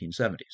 1970s